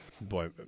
boy